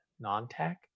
non-tech